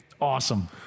awesome